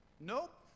Nope